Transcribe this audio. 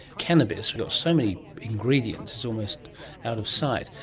cannabis. we've got so many ingredients it's almost out of sight.